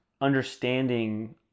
understanding